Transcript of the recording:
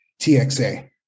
TXA